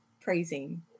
praising